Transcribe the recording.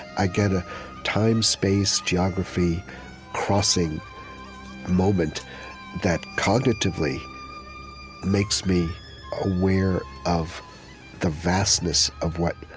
i get a time-space-geography crossing moment that cognitively makes me aware of the vastness of what,